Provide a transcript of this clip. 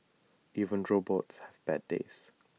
even robots have bad days